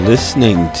Listening